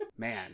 Man